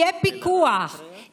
יהיה פיקוח,